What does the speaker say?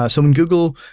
ah so in google,